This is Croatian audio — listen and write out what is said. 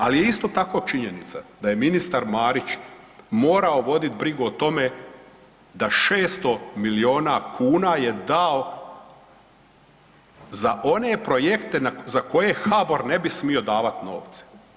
Ali je isto tako činjenica da je ministar Marić morao voditi brigu o tome da 600 milijuna kuna je dao za one projekte za koje HBOR ne bi smio davati novce.